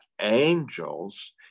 angels